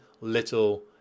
little